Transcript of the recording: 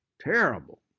terrible